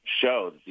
show